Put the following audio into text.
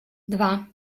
два